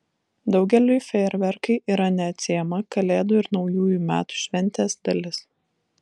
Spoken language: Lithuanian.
daugeliui fejerverkai yra neatsiejama kalėdų ir naujųjų metų šventės dalis